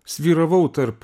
svyravau tarp